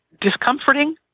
discomforting